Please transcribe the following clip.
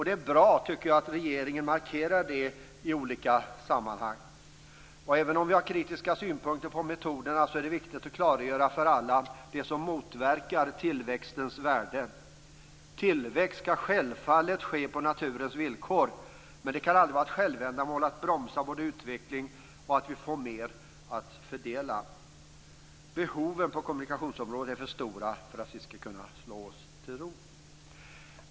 Det är bra att regeringen markerar det i olika sammanhang. Även om vi har kritiska synpunkter på metoderna är det viktigt att klargöra detta för alla dem som motverkar tillväxtens värde. Tillväxt skall självfallet ske på naturens villkor. Men det kan aldrig vara ett självändamål att både bromsa utvecklingen och se till att vi får mer att fördela. Behoven på kommunikationsområdet är för stora för att vi skall kunna slå oss till ro.